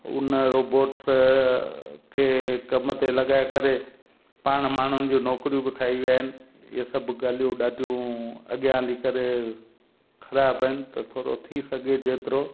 उन रोबोट्स खे कम ते लॻाए करे पाण माण्हुनि जी नौकिरियूं बि खाई विया आहिनि इहे सभु ॻाल्हियूं ॾाढियूं अॻियां हली करे ख़राब आहिनि त थोरो थी सघे जेतिरो